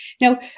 Now